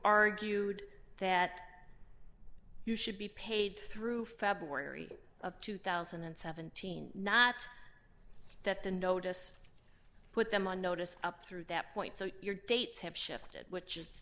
argued that you should be paid through february of two thousand and seventeen not that the notice put them on notice up through that point so your dates have shifted which is